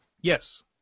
Yes